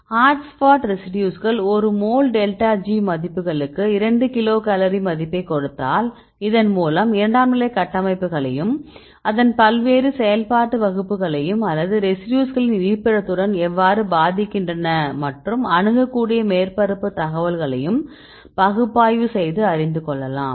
hotspot ரெசிடியூஸ்கள் ஒரு mole delta G மதிப்புகளுக்கு 2 கிலோகலோரி மதிப்பைக் கொடுத்தால் இதன் மூலம் இரண்டாம் நிலை கட்டமைப்புகளையும் அதன் பல்வேறு செயல்பாட்டு வகுப்புகளையும் அல்லது ரெசிடியூஸ்களின் இருப்பிடத்துடன் எவ்வாறு பாதிக்கின்றன மற்றும் அணுகக்கூடிய மேற்பரப்பு தகவல்களையும் பகுப்பாய்வு செய்து அறிந்து கொள்ளலாம்